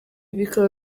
bikaba